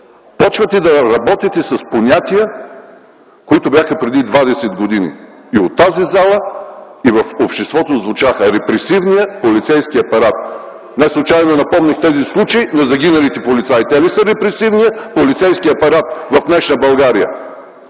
започвате да работите с понятия, от преди двайсет години – и от тази зала, и в обществото звучаха – „репресивният полицейски апарат”. Неслучайно напомних тези случаи за загиналите полицаи. Те ли са репресивният полицейски апарат в днешна България,